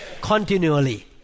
continually